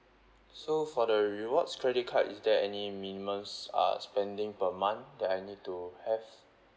so for the rewards credit card is there any minimums uh spending per month that I need to have